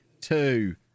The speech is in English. two